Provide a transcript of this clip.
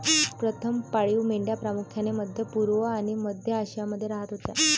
प्रथम पाळीव मेंढ्या प्रामुख्याने मध्य पूर्व आणि मध्य आशियामध्ये राहत होत्या